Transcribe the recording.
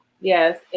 Yes